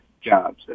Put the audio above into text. jobs